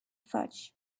fudge